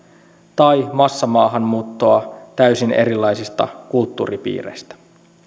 tai massamaahanmuuttoa täysin erilaisista kulttuuripiireistä